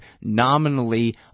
nominally